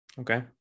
okay